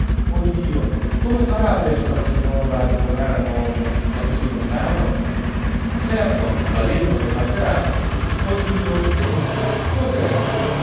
dio come farà adesso la figliuola a ritornare a nuoto da così lontano certo la lena non le basterà oh dio